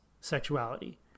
sexuality